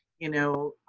you know,